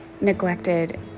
neglected